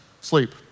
sleep